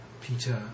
Peter